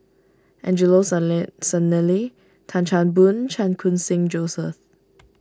Angelo Sanelli Tan Chan Boon Chan Khun Sing Joseph